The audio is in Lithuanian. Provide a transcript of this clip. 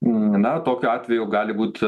na tokiu atveju gali būt